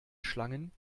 schlangen